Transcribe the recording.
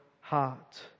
heart